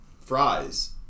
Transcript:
fries